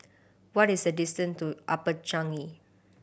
what is the distant to Upper Changi